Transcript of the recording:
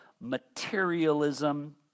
materialism